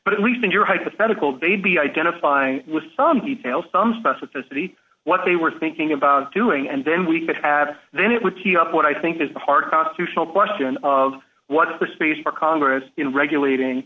but at least in your hypothetical baby identify with some details some specificity what they were thinking about doing and then we could have then it would keep up what i think is a hard constitutional question of what the space for congress in regulating